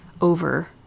over